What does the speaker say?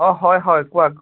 অঁ হয় হয় কওক